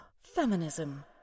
feminism